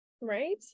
right